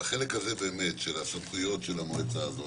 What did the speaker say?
והחלק הזה של סמכויות המועצה הזאת